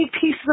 pieces